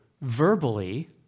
verbally